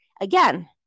Again